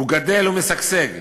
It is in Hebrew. גדל ומשגשג,